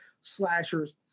slashers